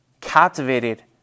captivated